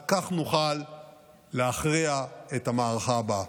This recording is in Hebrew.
רק כך נוכל להכריע את המערכה הבאה.